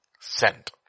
Sent